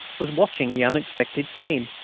was watching the unexpected scene.